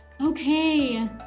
Okay